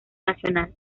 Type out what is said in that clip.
nacional